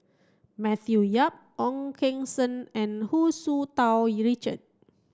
Matthew Yap Ong Keng Sen and Hu Tsu Tau Richard